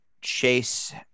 Chase